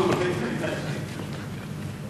והגנת הסביבה נתקבלה.